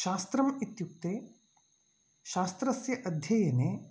शास्त्रम् इत्युक्ते शास्त्रस्य अध्ययने